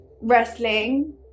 wrestling